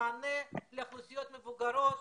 והשאלה אם יהיה מענה לאוכלוסיות מבוגרות,